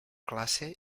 classe